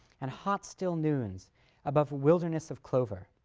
and hot, still noons above a wilderness of clover,